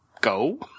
go